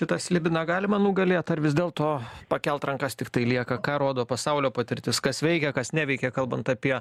tai tą slibiną galima nugalėt ar vis dėlto pakelt rankas tiktai lieka ką rodo pasaulio patirtis kas veikia kas neveikia kalbant apie